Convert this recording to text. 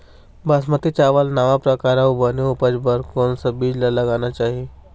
बासमती चावल नावा परकार अऊ बने उपज बर कोन सा बीज ला लगाना चाही?